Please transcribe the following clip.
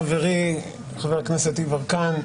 חברי חבר הכנסת יברקן,